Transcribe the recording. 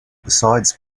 besides